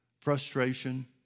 frustration